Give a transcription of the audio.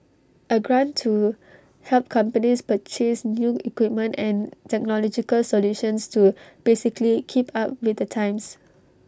A grant to help companies purchase new equipment and technological solutions to basically keep up with the times